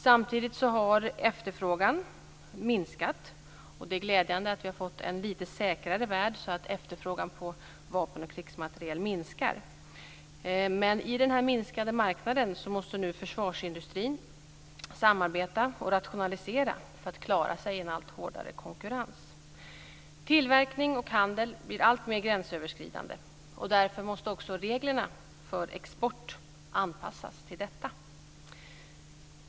Samtidigt har efterfrågan minskat, och det är ju glädjande att vi har fått en lite säkrare värld så att efterfrågan på vapen och krigsmateriel minskar. Men på den här minskade marknaden måste nu försvarsindustrin samarbeta och rationalisera för att klara sig i en allt hårdare konkurrens. Tillverkning och handel blir alltmer gränsöverskridande. Därför måste också reglerna för export anpassas till detta.